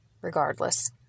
regardless